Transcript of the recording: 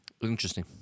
Interesting